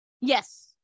Yes